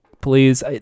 please